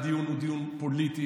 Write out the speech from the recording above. הדיון הוא דיון פוליטי,